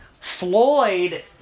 Floyd